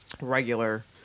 regular